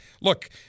look